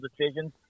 decisions